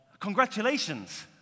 congratulations